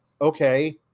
okay